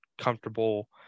comfortable